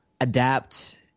adapt